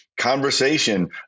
conversation